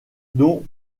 dont